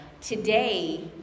today